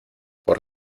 por